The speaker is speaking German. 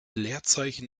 leerzeichen